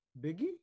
Biggie